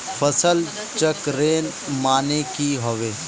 फसल चक्रण माने की होय?